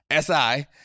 SI